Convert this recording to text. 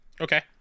Okay